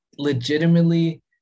legitimately